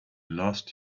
lost